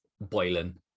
boiling